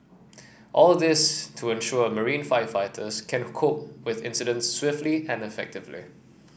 all this to ensure marine firefighters can cope with incidents swiftly and effectively